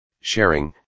sharing